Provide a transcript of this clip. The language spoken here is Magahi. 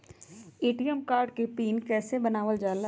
ए.टी.एम कार्ड के पिन कैसे बनावल जाला?